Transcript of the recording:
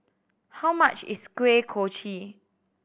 how much is Kuih Kochi